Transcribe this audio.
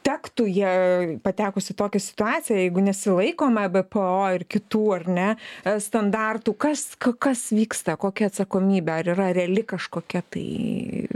tektų jai patekus į tokią situaciją jeigu nesilaikoma bpo ir kitų ar ne es standartų kas kas vyksta kokia atsakomybė ar yra reali kažkokia tai